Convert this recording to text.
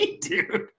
dude